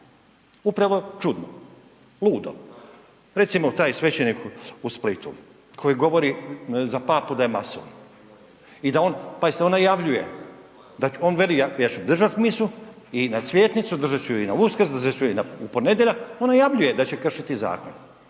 upravo čudno, ludo. Recimo taj svećenik u Splitu koji govori za Papu da je mason i pazite on najavljuje, on veli ja ću držat misu i na Cvjetnicu, držat ću je i na Uskrs, držat ću je i u ponedjeljak, on najavljuje da će kršiti zakon.